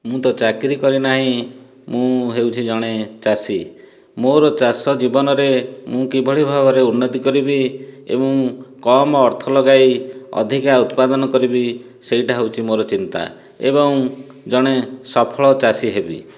ମୁଁ ତ ଚାକିରୀ କରିନାହିଁ ମୁଁ ହେଉଛି ଜଣେ ଚାଷୀ ମୋର ଚାଷ ଜୀବନରେ ମୁଁ କିଭଳି ଭାବରେ ଉନ୍ନତି କରିବି ଏବଂ କମ୍ ଅର୍ଥ ଲଗାଇ ଅଧିକା ଉତ୍ପାଦନ କରିବି ସେଇଟା ହେଉଛି ମୋର ଚିନ୍ତା ଏବଂ ଜଣେ ସଫଳ ଚାଷୀ ହେବି